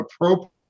appropriate